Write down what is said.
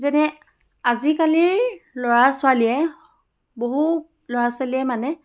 যেনে আজিকালিৰ ল'ৰা ছোৱালীয়ে বহু ল'ৰা ছোৱালীয়ে মানে